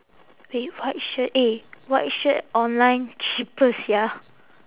eh white shirt eh white shirt online cheaper sia